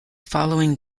following